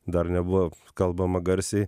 dar nebuvo kalbama garsiai